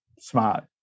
smart